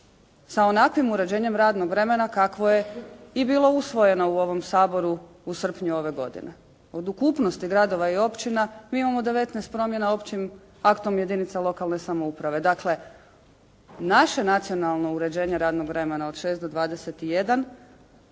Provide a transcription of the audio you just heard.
sa onakvim uređenjem radnog vremena kakvo je i bilo usvojeno u ovom Saboru u srpnju ove godine. Od ukupnosti gradova i općina, mi imamo 19 promjena općim aktom jedinica lokalne samouprave. Dakle, naše nacionalno uređenje radnog vremena od 6 do 21